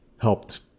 helped